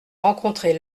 rencontrés